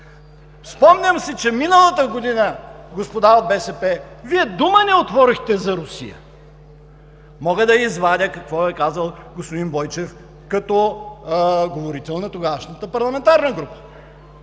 Спомням си, че миналата година, господа от БСП, Вие дума не отворихте за Русия. Мога да извадя какво е казал господин Бойчев като говорител на тогавашната парламентарна група.